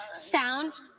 Sound